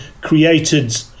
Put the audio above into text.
created